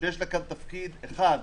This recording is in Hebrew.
שיש לה תפקיד אחת,